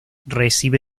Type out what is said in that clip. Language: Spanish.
recibe